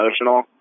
emotional